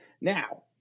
Now